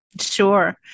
Sure